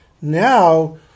Now